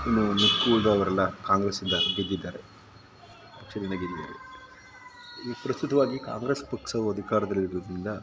ಇನ್ನೂ ಉಳಿದವರೆಲ್ಲ ಕಾಂಗ್ರೇಸಿಂದ ಗೆದ್ದಿದ್ದಾರೆ ಚುನಾವಣೆ ಗೆದ್ದಿದ್ದಾರೆ ಈಗ ಪ್ರಸ್ತುತವಾಗಿ ಕಾಂಗ್ರೇಸ್ ಪಕ್ಷವು ಅಧಿಕಾರದಲ್ಲಿರೋದ್ರಿಂದ